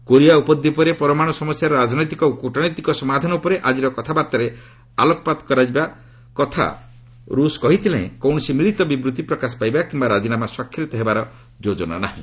Korea ଉପଦ୍ୱୀପରେ ପରମାଣୁ ସମସ୍ୟାର ରାଜନୈତିକ ଓ କ୍ରଟନୈତିକ ସମାଧାନ ଉପରେ ଆଜିର କଥାବାର୍ତ୍ତାରେ ଆଲୋକପାତ କରାଯିବା କଥା ରୁଷ୍ କହିଥିଲେ ହେଁ କୌଣସି ମିଳିତ ବିବୃତ୍ତି ପ୍ରକାଶ ପାଇବା କିମ୍ବା ରାଜିନାମା ସ୍ୱାକ୍ଷରିତ ହେବାର ଯୋଜନା ନାହିଁ